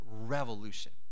revolution